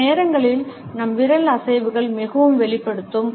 சில நேரங்களில் நம் விரல் அசைவுகள் மிகவும் வெளிப்படுத்தும்